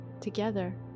together